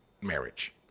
marriage